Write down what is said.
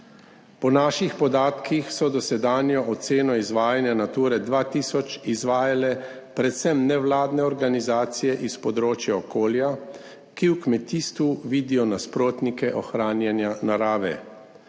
Po naših podatkih so dosedanjo oceno izvajanja Nature 2000 izvajale predvsem nevladne organizacije iz področja okolja, ki v kmetijstvu vidijo nasprotnike ohranjanja narave.